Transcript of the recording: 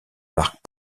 marques